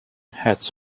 heads